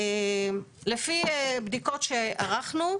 לפי בדיקות שערכנו,